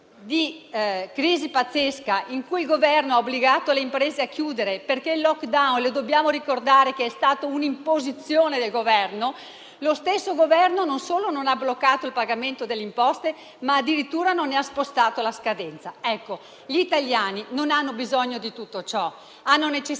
di crisi pazzesca in cui il Governo ha obbligato le imprese a chiudere, perché il *lockdown* - lo dobbiamo ricordare - è stata un'imposizione del Governo. Lo stesso Governo non solo non ha bloccato il pagamento delle imposte, ma addirittura non ne ha spostato la scadenza. Ebbene, gli italiani non hanno bisogno di tutto ciò; hanno necessità